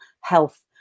health